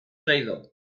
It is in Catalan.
traïdor